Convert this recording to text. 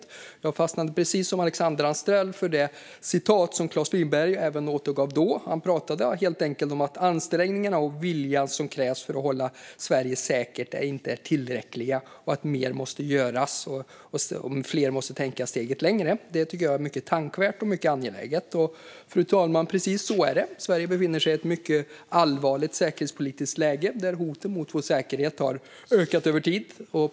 Jag fastnade precis som Alexandra Anstrell för det som Klas Friberg återgav då. Han pratade helt enkelt om att ansträngningarna och viljan som krävs för att hålla Sverige säkert inte är tillräckliga, att mer måste göras och att fler måste tänka steget längre. Det tycker jag är mycket tänkvärt och mycket angeläget. Precis så är det, fru talman. Sverige befinner sig i ett mycket allvarligt säkerhetspolitiskt läge där hoten mot vår säkerhet har ökat över tid.